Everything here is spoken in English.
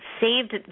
saved